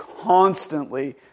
constantly